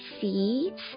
seeds